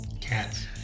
Cats